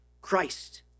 Christ